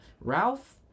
Ralph